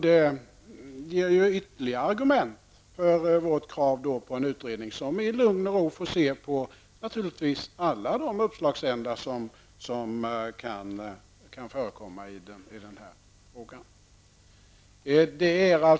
Det ger ytterligare argument för vårt krav på en utredning som i lugn och ro får studera alla uppslag som kan komma i den här frågan.